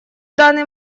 данный